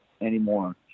anymore